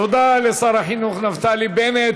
תודה לשר החינוך נפתלי בנט.